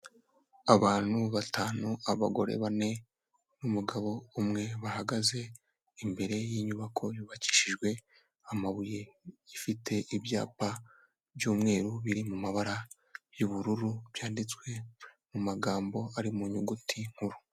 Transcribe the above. Abantu batanu; abagore bane n'umugabo umwe bahagaze imbere y'inyubako yubakishijwe amabuye; ifite ibyapa by'umweru biri mu mabara y'ubururu; byanditswe mu magambo ari mu nyuguti nkuru.